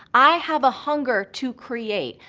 i have a hunger to create,